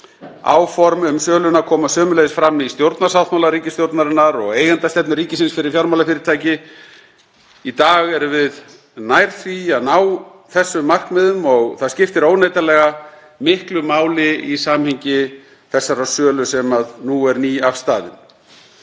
á. Áform um söluna koma sömuleiðis fram í stjórnarsáttmála ríkisstjórnarinnar og eigendastefnu ríkisins fyrir fjármálafyrirtæki. Í dag erum við nær því að ná þessum markmiðum og það skiptir óneitanlega miklu máli í samhengi þessarar sölu sem nú er nýafstaðin.